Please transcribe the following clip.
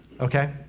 okay